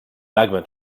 magma